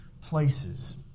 places